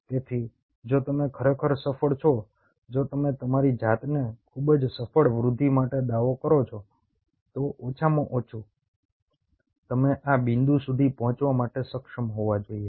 તેથી જો તમે ખરેખર સફળ છો જો તમે તમારી જાતને ખૂબ જ સફળ વૃદ્ધિ માટે દાવો કરો તો ઓછામાં ઓછું તમે આ બિંદુ સુધી પહોંચવા માટે સક્ષમ હોવા જોઈએ